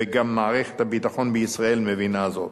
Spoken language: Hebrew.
וגם מערכת הביטחון בישראל מבינה זאת.